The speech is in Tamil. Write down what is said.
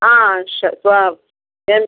ஆ சரி